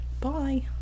Bye